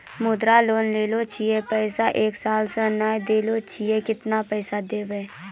मुद्रा लोन लेने छी पैसा एक साल से ने देने छी केतना पैसा देब?